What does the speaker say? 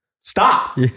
stop